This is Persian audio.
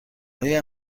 آیا